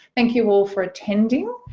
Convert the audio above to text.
thank you all for attending